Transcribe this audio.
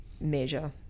measure